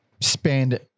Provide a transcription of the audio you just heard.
spend